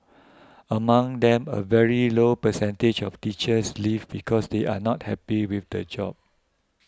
among them a very low percentage of teachers leave because they are not happy with the job